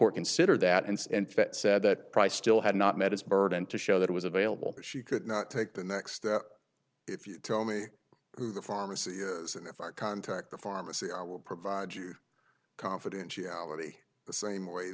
court considered that and in fact said that price still had not met its burden to show that it was available she could not take the next that if you tell me who the pharmacy is and if i contact the pharmacy i will provide you confidentiality the same way